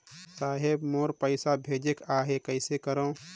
साहेब मोर पइसा भेजेक आहे, कइसे करो?